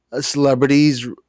celebrities